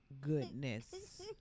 goodness